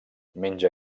menja